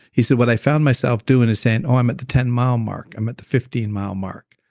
he said, what i found myself doing is saying oh i'm at the ten mile mark, i'm at the fifteen mile mark.